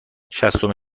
شصتمین